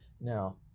Now